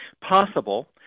possible